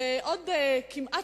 ועוד כמעט,